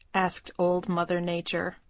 asked old mother nature.